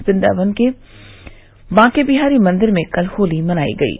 वृन्दावन के बाकेंविहारी मंदिर में कल होली मनाई गयी